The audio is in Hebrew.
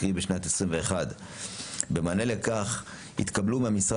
קרי בשנת 2021. במענה לכך התקבלו מהמשרד